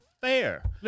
fair